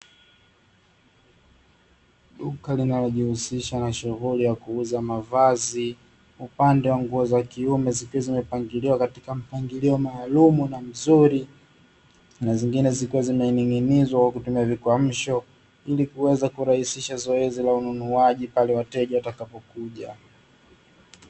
Duka linalojihusisha na shughuli ya kuuza mavazi, upande wa nguo za kiume zikiwa zimepanguliwa katika mpangilio maalumu na mzuri, na zingine zikiwa zimeninginizwa kwa kutumia vikwamsho, ili kuweza kurahisisha zoezi la ununuaji pale wateja watakapokuja.